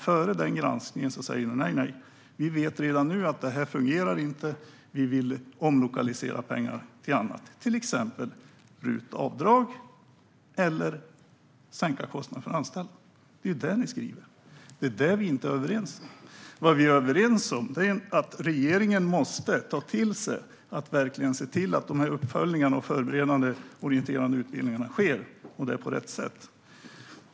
Före denna granskning säger ni: Nej, vi vet redan nu att detta inte fungerar, och vi vill omlokalisera pengar till annat, till exempel RUT-avdraget eller sänkta kostnader för anställda. Det är ju detta ni skriver, och det är där vi inte är överens. Vad vi är överens om är att regeringen verkligen måste se till att uppföljningarna och de orienterade utbildningarna sker, och detta på rätt sätt.